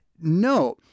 No